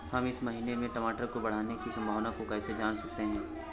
हम इस महीने में टमाटर के बढ़ने की संभावना को कैसे जान सकते हैं?